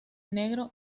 negro